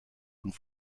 und